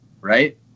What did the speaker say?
right